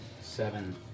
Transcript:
seven